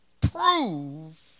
prove